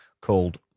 called